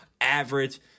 average